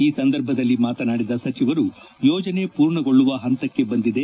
ಈ ಸಂದರ್ಭದಲ್ಲಿ ಮಾತನಾಡಿದ ಸಚಿವರು ಯೋಜನೆ ಪೂರ್ಣಗೊಳ್ಳುವ ಪಂತಕ್ಷೆ ಬಂದಿದೆ